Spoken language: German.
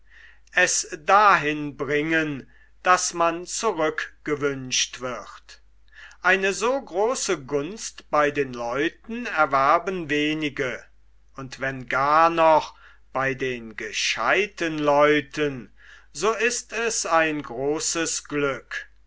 erwerben wenige und wenn gar noch bei den gescheuten leuten so ist es ein großes